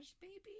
baby